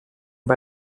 bei